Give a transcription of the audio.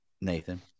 Nathan